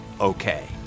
okay